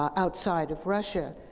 outside of russia,